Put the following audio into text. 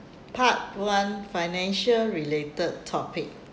part one financial related topic